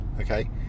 okay